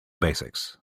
basics